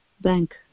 Bank